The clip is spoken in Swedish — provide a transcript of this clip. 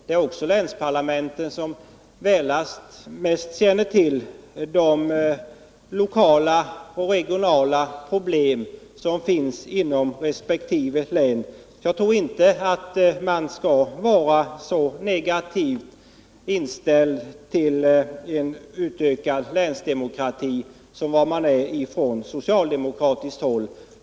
Det är också länsparlamentet som bäst känner till de lokala och regionala problemen inom resp. län. Jag tror inte att man skall vara så negativt inställd till en ökad länsdemokrati som man är från socialdemokratiskt håll.